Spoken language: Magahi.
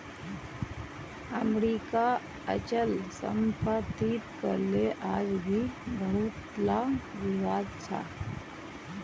अमरीकात अचल सम्पत्तिक ले आज भी बहुतला विवाद छ